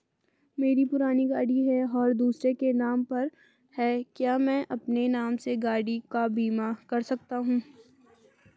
मेरी पुरानी गाड़ी है और दूसरे के नाम पर है क्या मैं अपने नाम से गाड़ी का बीमा कर सकता हूँ?